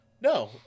No